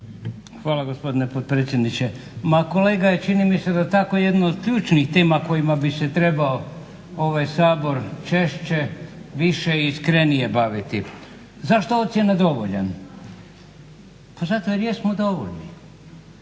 Hvala gospodine potpredsjedniče. Ma kolega čini mi se da tako jednu od ključnih tema kojima bi se trebao ovaj Sabor češće, više i iskrenije baviti. Zašto ocjena dovoljan? Pa zato jer jesmo dovoljni.